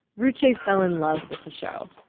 ruche fell in love with the show.